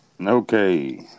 Okay